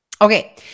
Okay